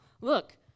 look